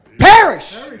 perish